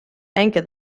anchor